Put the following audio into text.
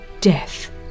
death